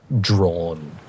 drawn